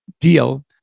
deal